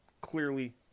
Clearly